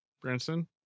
Branson